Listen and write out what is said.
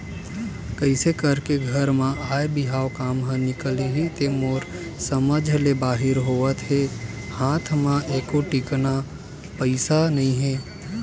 कइसे करके घर म आय बिहाव काम ह निकलही ते मोर समझ ले बाहिर होवत हे हात म एको टिकली पइसा नइ हे